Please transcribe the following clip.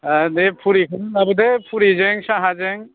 दे फुरिखौनो लाबोदो फुरिजों साहाजों